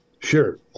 Sure